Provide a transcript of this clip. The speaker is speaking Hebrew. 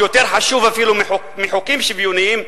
הוא חשוב אפילו מחוקים שוויוניים,